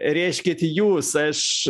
rėžkit jūs aš